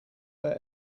their